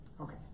Okay